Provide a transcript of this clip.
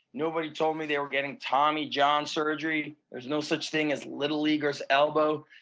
nobody told me they were getting tommy john surgery there's no such thing as little leaguer's elbow.